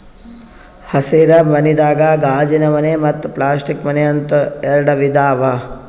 ಹಸಿರ ಮನಿದಾಗ ಗಾಜಿನಮನೆ ಮತ್ತ್ ಪ್ಲಾಸ್ಟಿಕ್ ಮನೆ ಅಂತ್ ಎರಡ ವಿಧಾ ಅವಾ